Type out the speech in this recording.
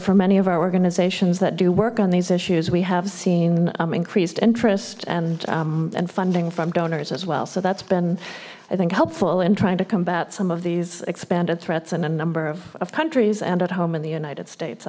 for many of our organizations that do work on these issues we have seen increased interest and and funding from donors as well so that's been i think helpful in trying to combat some of these expanded threats in a number of countries and at home in the united states